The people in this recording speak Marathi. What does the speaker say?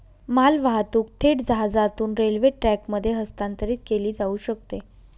मालवाहतूक थेट जहाजातून रेल्वे ट्रकमध्ये हस्तांतरित केली जाऊ शकते